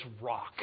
rock